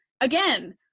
again